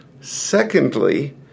Secondly